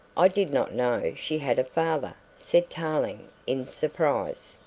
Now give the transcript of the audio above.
i did not know she had a father, said tarling in surprise.